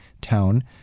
town